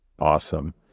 Awesome